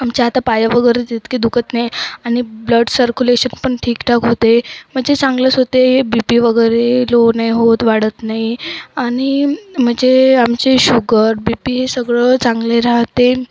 आमच्या आता पाय वगैरे तितकी दुखत नाही आणि ब्लड सर्क्युलेशन पण ठीकठाक होते म्हणजे चांगलंच होते बी पी वगैरे लो नाही होत वाढत नाही आणि म्हणजे आमचे शुगर बी पी हे सगळं चांगले राहते